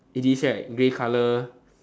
it is right grey colour